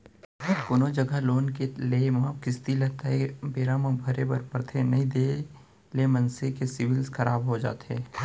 कोनो जघा लोन के लेए म किस्ती ल तय बेरा म भरे बर परथे नइ देय ले मनसे के सिविल खराब हो जाथे